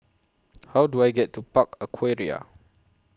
How Do I get to Park Aquaria